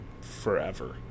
forever